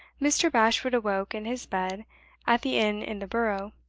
mr. bashwood awoke in his bed at the inn in the borough.